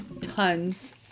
tons